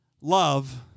love